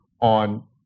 on